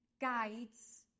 guides